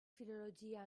filologia